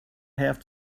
have